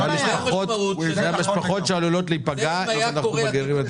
זה המשפחות שעלולות להיפגע אם אנחנו --- את התקרה.